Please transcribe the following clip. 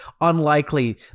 unlikely